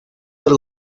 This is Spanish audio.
del